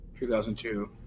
2002